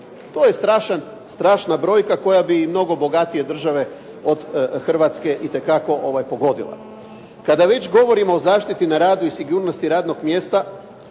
To je strašna brojka koja bi i mnogo bogatije države od Hrvatske itekako pogodile. Kada već govorimo o zaštiti na radu i sigurnosti radnog mjesta,